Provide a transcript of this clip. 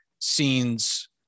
scenes